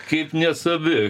kaip nesavi